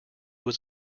was